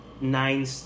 nine